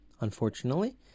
unfortunately